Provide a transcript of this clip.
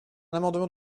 amendement